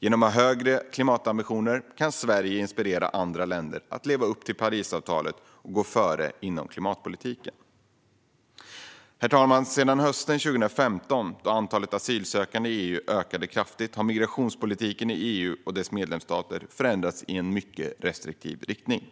Genom att ha högre klimatambitioner kan Sverige inspirera andra länder att leva upp till Parisavtalet och gå före inom klimatpolitiken. Sedan hösten 2015, då antalet asylsökande i EU ökade kraftigt, har migrationspolitiken i EU och dess medlemsstater förändrats i en mycket restriktiv riktning.